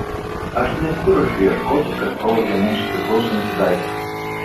aš nesiruošiu ieškoti kas pavogė mums priklausantį daiktą